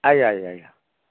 ଆଜ୍ଞା ଆଜ୍ଞା ଆଜ୍ଞା